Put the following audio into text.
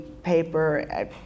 paper